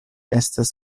estas